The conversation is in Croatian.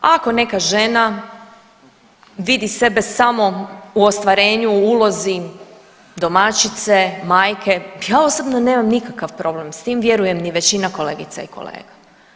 Ako neka žena vidi sebe samo u ostvarenju, u ulozi domaćice, majke, ja osobno nema nikakav problem s tim vjerujem ni većina kolegica i kolega.